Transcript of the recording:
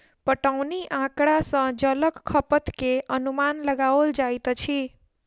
पटौनी आँकड़ा सॅ जलक खपत के अनुमान लगाओल जाइत अछि